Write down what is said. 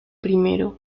primero